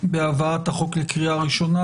בהבאת החוק לקריאה ראשונה.